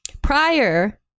Prior